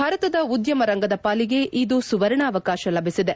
ಭಾರತದ ಉದ್ಯಮ ರಂಗದ ಪಾಲಿಗೆ ಈಗ ಸುವರ್ಣಾವಕಾಶ ಲಭಿಸಿದೆ